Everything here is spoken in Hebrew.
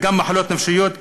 וגם מחלות נפשיות,